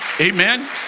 Amen